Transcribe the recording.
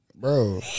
Bro